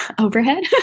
overhead